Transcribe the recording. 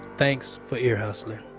thanks for ear hustling